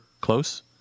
close